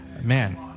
man